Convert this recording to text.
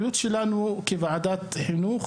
היא בודקת את המשפחות לגופו של עניין,